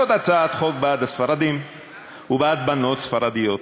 זאת הצעת חוק בעד הספרדים ובעד בנות ספרדיות